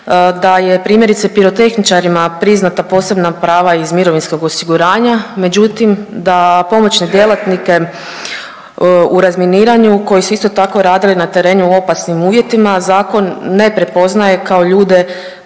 da je primjerice pirotehničarima priznata posebna prava iz mirovinskog osiguranja, međutim da pomoćne djelatnike u razminiranju koji su isto tako radili na terenu u opasnim uvjetima zakon ne prepoznaje kao ljude